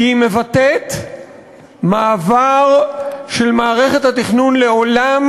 כי היא מבטאת מעבר של מערכת התכנון לעולם